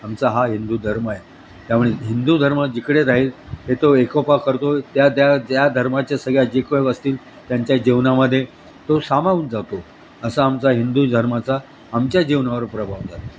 आमचा हा हिंदू धर्म आहे त्यामुळे हिंदू धर्म जिकडे राहील हे तो एकोपा करतो त्या त्या त्या धर्माच्या सगळ्या जी काही असतील त्यांच्या जीवनामध्ये तो सामावून जातो असा आमचा हिंदू धर्माचा आमच्या जीवनावर प्रभाव झाला आहे